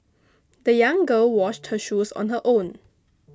the young girl washed her shoes on her own